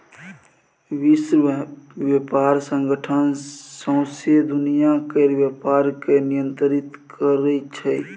विश्व बेपार संगठन सौंसे दुनियाँ केर बेपार केँ नियंत्रित करै छै